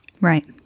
Right